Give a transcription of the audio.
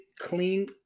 clean